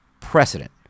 precedent